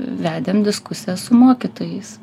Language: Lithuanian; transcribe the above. vedėm diskusijas su mokytojais